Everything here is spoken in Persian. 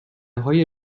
های